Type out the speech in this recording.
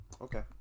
Okay